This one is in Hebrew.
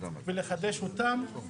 ולחדש אותם.